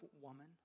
woman